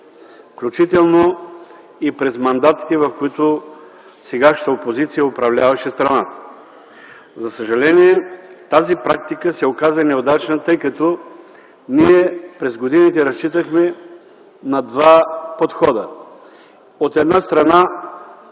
включително и през мандатите, в които сегашната опозиция управляваше страната. За съжаление, тази практика се оказа неудачна, тъй като ние през годините разчитахме на два подхода – от една страна